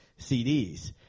CDs